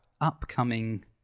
upcoming